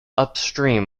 upstream